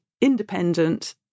independent